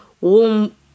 warm